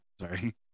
Sorry